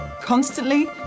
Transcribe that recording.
Constantly